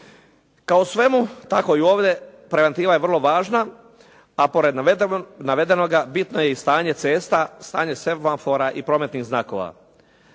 Kao u svemu tako i ovdje preventiva je vrlo važna a pored navedenoga bitno je i stanje cesta, stanje semafora i prometnih znakova.